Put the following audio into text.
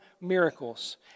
miracles